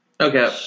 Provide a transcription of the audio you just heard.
Okay